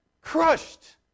Crushed